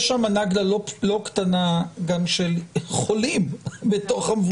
יש שם נגלה לא קטנה גם של חולים בתוך המבודדים.